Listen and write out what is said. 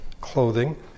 clothing